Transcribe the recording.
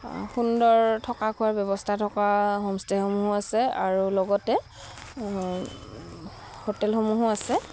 সুন্দৰ থকা খোৱাৰ ব্যৱস্থা থকা হোমষ্টেসমূহো আছে আৰু লগতে হোটেলসমূহো আছে